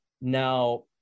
now